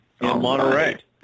Monterey